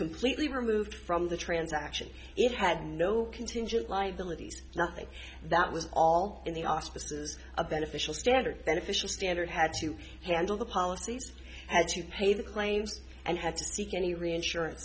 completely removed from the transaction it had no contingent liabilities nothing that was all in the auspices of beneficial standard beneficial standard had to handle the policies had to pay the claims and had to seek any reinsurance